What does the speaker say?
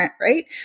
Right